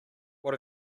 what